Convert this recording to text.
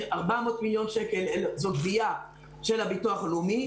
400 מיליון שקלים זאת גבייה של הביטוח הלאומי.